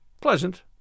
pleasant